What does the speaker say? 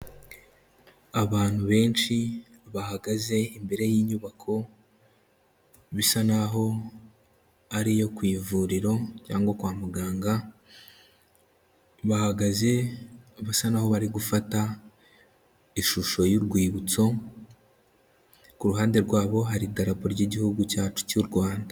Abantu benshi bahagaze imbere y'inyubako, bisa naho ari iyo ku ivuriro cyangwa kwa muganga, bahagaze basa naho bari gufata ishusho y'urwibutso, ku ruhande rwabo hari idarapo ry'Igihugu cyacu cy'u Rwanda.